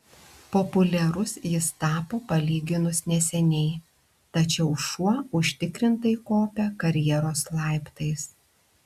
populiarus jis tapo palyginus neseniai tačiau šuo užtikrintai kopia karjeros laiptais